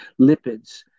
lipids